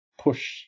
push